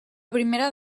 primera